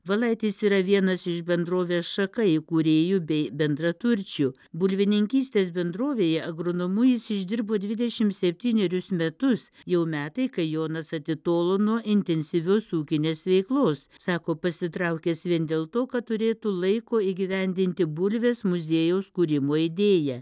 valaitis yra vienas iš bendrovės šaka įkūrėjų bei bendraturčių bulvininkystės bendrovėje agronomu jis išdirbo dvidešimt septynerius metus jau metai kai jonas atitolo nuo intensyvios ūkinės veiklos sako pasitraukęs vien dėl to kad turėtų laiko įgyvendinti bulvės muziejaus kūrimo idėją